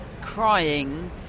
crying